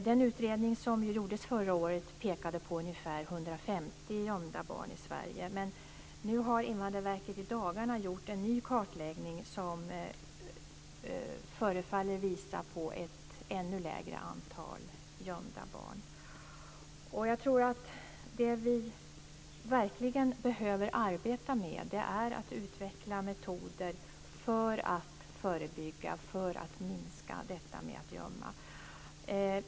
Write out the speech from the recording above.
Den utredning som gjordes förra året pekade på ungefär 150 gömda barn i Sverige, men Invandrarverket har i dagarna gjort en ny kartläggning som förefaller visa på ett ännu mindre antal gömda barn. Jag tror att det vi verkligen behöver arbeta med är att utveckla metoder för att förebygga och minska antalet fall där människor gömmer sig.